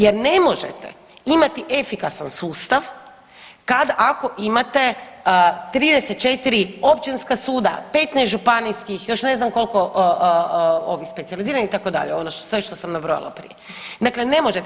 Jer ne možete imati efikasan sustav kad ako imate 34 općinska suda, 15 županijskih, još ne znam koliko ovih specijaliziranih itd., ono što, sve što sam nabroja prije, dakle ne možete.